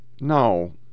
no